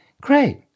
Great